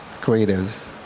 creatives